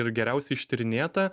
ir geriausiai ištyrinėta